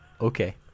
Okay